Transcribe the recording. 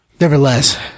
nevertheless